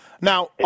Now